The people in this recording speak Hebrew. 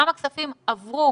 כמה כספים עברו